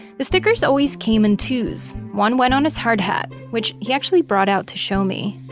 the stickers always came in twos. one went on his hard hat, which he actually brought out to show me.